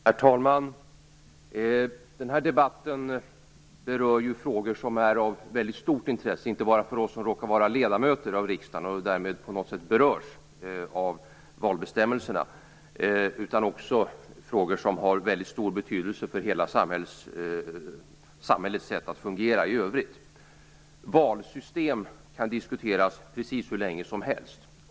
Herr talman! Denna debatt berör frågor som är av stort intresse inte bara för oss som råkar vara ledamöter av riksdagen och därmed på något sätt berörs av valbestämmelserna. Det är frågor som har stor betydelse för hela samhällets sätt att fungera i övrigt. Valsystem kan diskuteras precis hur länge som helst.